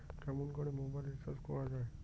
কেমন করে mobile recharge করা য়ায়?